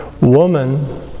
Woman